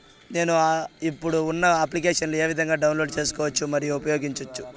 నేను, ఇప్పుడు ఉన్న అప్లికేషన్లు ఏ విధంగా డౌన్లోడ్ సేసుకోవచ్చు మరియు ఉపయోగించొచ్చు?